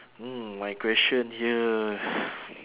mm my question here